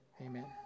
amen